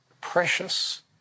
precious